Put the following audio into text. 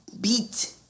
beat